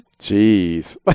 Jeez